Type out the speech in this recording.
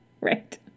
Right